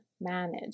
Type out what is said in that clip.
manage